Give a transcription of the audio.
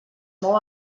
mou